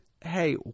Hey